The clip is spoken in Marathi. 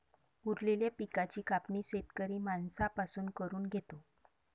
उरलेल्या पिकाची कापणी शेतकरी माणसां पासून करून घेतो